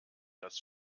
das